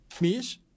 Miss